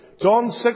John